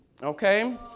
Okay